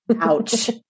Ouch